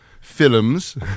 films